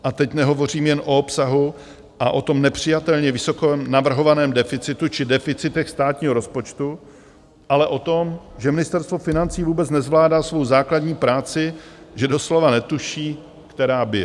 A teď nehovořím jen o obsahu a o tom nepřijatelně vysoko navrhovaném deficitu či deficitech státního rozpočtu, ale o tom, že Ministerstvo financí vůbec nezvládá svou základní práci, že doslova netuší, která bije.